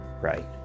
right